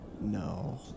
No